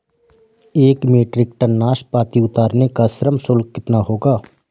एक metric tonne नाशपाती उतारने का श्रम शुल्क कितना होगा?